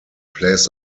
plays